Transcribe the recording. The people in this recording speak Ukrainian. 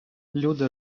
люди